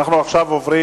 אנחנו עוברים